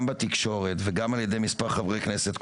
גם בתקשורת וגם על-ידי מספר חברי כנסת,